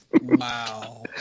Wow